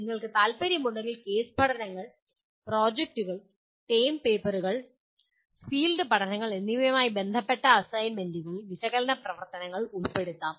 നിങ്ങൾക്ക് താൽപ്പര്യമുണ്ടെങ്കിൽ കേസ് പഠനങ്ങൾ പ്രോജക്റ്റുകൾ ടേം പേപ്പറുകൾ ഫീൽഡ് പഠനങ്ങൾ എന്നിവയുമായി ബന്ധപ്പെട്ട അസൈൻമെന്റുകളിൽ വിശകലനപ്രവർത്തനങ്ങൾ ഉൾപ്പെടുത്താം